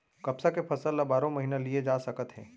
कपसा के फसल ल बारो महिना लिये जा सकत हे